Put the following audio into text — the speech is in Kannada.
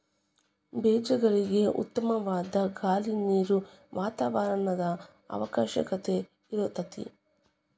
ಬೇಜಗಳಿಗೆ ಉತ್ತಮವಾದ ಗಾಳಿ ನೇರು ವಾತಾವರಣದ ಅವಶ್ಯಕತೆ ಇರತತಿ